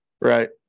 Right